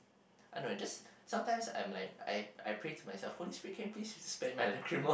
I don't know just sometimes I'm like I I pray to myself Holy-Spirit can you spare my lacrimal gland